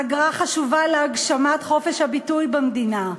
האגרה חשובה להגשמת חופש הביטוי במדינה.